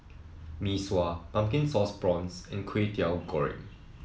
Mee Sua Pumpkin Sauce Prawns and Kwetiau Goreng